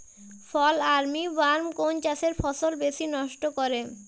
ফল armyworm কোন চাষের ফসল বেশি নষ্ট করে?